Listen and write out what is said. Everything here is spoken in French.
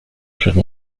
chère